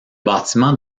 bâtiment